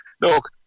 Look